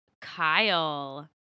Kyle